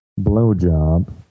blowjob